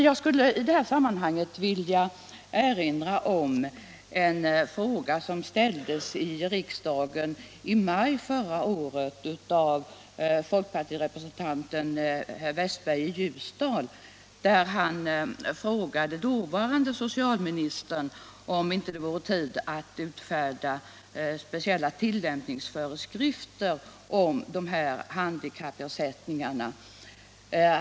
Jag skulle i det här sammanhanget vilja erinra om en fråga som ställdes i riksdagen i maj förra året av folkpartirepresentanten herr Westberg i Ljusdal. Han frågade dåvarande socialministern om det inte vore tid att utfärda speciella tillämpningsföreskrifter om handikappersättningarna.